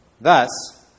Thus